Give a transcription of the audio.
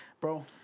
Bro